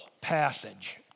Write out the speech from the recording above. passage